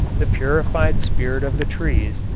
the purified spirit of the trees,